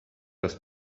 das